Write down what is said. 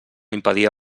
impedia